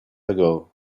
ago